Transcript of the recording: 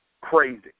crazy